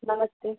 नमस्ते